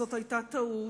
שזאת היתה טעות,